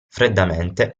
freddamente